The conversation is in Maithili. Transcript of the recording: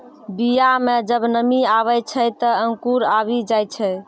बीया म जब नमी आवै छै, त अंकुर आवि जाय छै